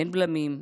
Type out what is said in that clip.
אין בלמים,